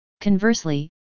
Conversely